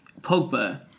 Pogba